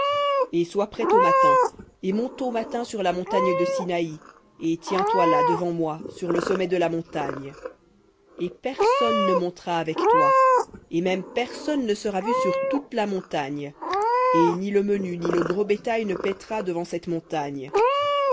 et sois prêt au matin et monte au matin sur la montagne de sinaï et tiens-toi là devant moi sur le sommet de la montagne et personne ne montera avec toi et même personne ne sera vu sur toute la montagne et ni le menu ni le gros bétail ne paîtra devant cette montagne